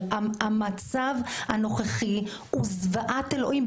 אבל המצב הנוכחי הוא זוועת אלוהים,